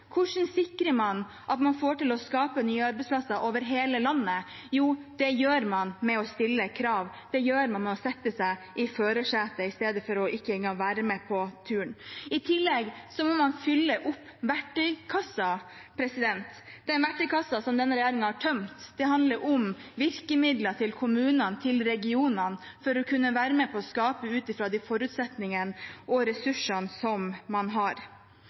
Hvordan sikrer man at man får til å skape nye arbeidsplasser over hele landet? Jo, det gjør man ved å stille krav. Det gjør man ved å sette seg i førersetet i stedet for ikke engang å være med på turen. I tillegg må man fylle opp verktøykassen, den verktøykassen som denne regjeringen har tømt. Det handler om virkemidler til kommunene og til regionene for at de skal kunne være med og skape ut fra de forutsetningene og ressursene de har.